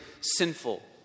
sinful